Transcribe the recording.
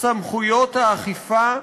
סמכויות האכיפה,